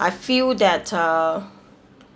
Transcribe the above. I feel that the